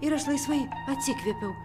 ir aš laisvai atsikvėpiau